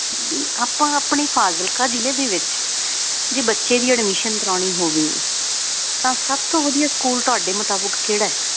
ਵੀ ਆਪਾਂ ਆਪਣੇ ਫਾਜ਼ਿਲਕਾ ਜ਼ਿਲ੍ਹੇ ਦੇ ਵਿੱਚ ਜੇ ਬੱਚੇ ਦੀ ਐਡਮਿਸ਼ਨ ਕਰਾਉਣੀ ਹੋਵੇ ਤਾਂ ਸਭ ਤੋਂ ਵਧੀਆ ਸਕੂਲ ਤੁਹਾਡੇ ਮੁਤਾਬਿਕ ਕਿਹੜਾ